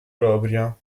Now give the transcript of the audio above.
propria